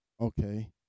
Okay